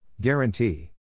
Guarantee